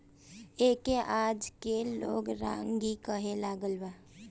एके आजके लोग रागी कहे लागल बा